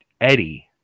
eddie